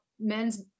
men's